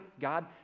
God